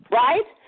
right